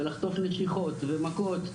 ולחטוף נשיכות ומכות,